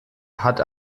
hat